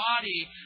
body